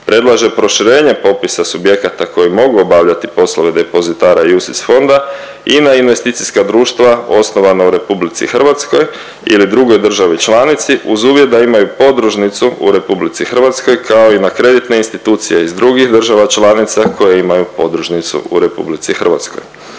predlaže proširenje popisa subjekata koji mogu obavljati poslove depozitara UCITS fonda i na investicijska društva osnovana u RH ili drugoj državi članici uz uvjet da imaju podružnicu u RH, kao i na kreditne institucije iz drugih država članica koje imaju podružnicu u RH.